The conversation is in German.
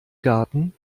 garten